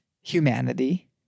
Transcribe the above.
humanity